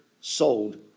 sold